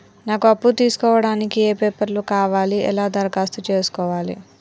నాకు అప్పు తీసుకోవడానికి ఏ పేపర్లు కావాలి ఎలా దరఖాస్తు చేసుకోవాలి?